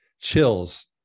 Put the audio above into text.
chills